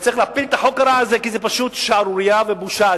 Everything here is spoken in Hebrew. וצריך להפיל את החוק הרע הזה כי זו פשוט שערורייה ובושה.